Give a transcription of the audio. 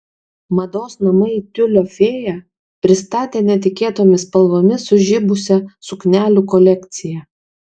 mados namai tiulio fėja pristatė netikėtomis spalvomis sužibusią suknelių kolekciją